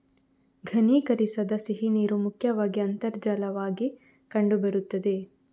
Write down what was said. ಘನೀಕರಿಸದ ಸಿಹಿನೀರು ಮುಖ್ಯವಾಗಿ ಅಂತರ್ಜಲವಾಗಿ ಕಂಡು ಬರುತ್ತದೆ